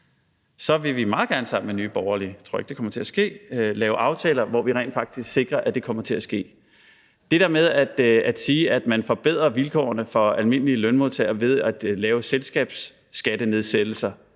tror ikke, det kommer til at ske – lave aftaler, hvor vi rent faktisk sikrer, at det kommer til at ske. Det der med at sige, at man forbedrer vilkårene for almindelige lønmodtagere ved at lave selskabsskattenedsættelser,